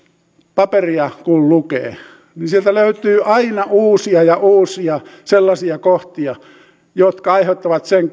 paperia lukee niin sieltä löytyy aina uusia ja uusia sellaisia kohtia jotka aiheuttavat sen